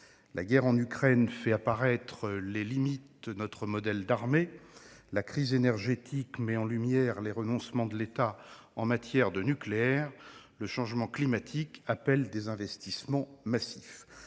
La guerre en Ukraine a fait apparaître les limites de notre modèle d'armée. La crise énergétique a mis en lumière les renoncements de l'État en matière de nucléaire. Le changement climatique appelle des investissements massifs.